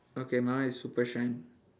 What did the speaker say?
okay my one is super shine